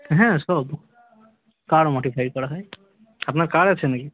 হ্যাঁ সব car modify করা হয় আপনার কার আছে না কি